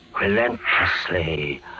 relentlessly